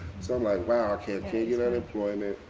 so i'm like, wow, i can't get unemployment.